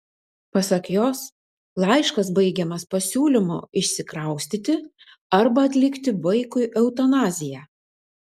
pasak jos laiškas baigiamas pasiūlymu išsikraustyti arba atlikti vaikui eutanaziją